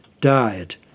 died